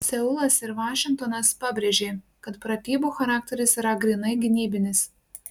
seulas ir vašingtonas pabrėžė kad pratybų charakteris yra grynai gynybinis